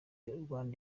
rwanda